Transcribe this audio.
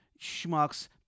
schmucks